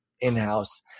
in-house